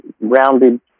rounded